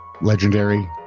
legendary